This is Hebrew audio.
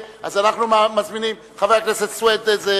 חבר הכנסת סוייד?